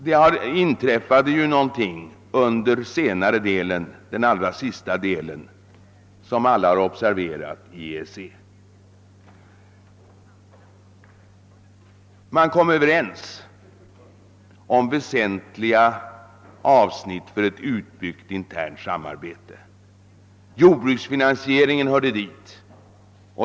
Det inträffade ju någonting inom EEC under den allra sista delen av Haagkonferensen. Man kom överens om väsentliga avsnitt för ett utbyggt internt samarbete. Frågan om jordbruksfinansieringen hörde dit.